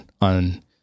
on